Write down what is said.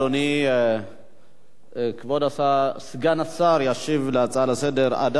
אדוני סגן השר ישיב על ההצעה לסדר-היום.